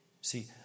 See